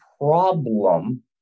problem